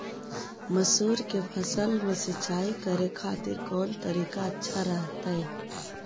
मसूर के फसल में सिंचाई करे खातिर कौन तरीका अच्छा रहतय?